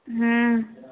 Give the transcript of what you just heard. हूं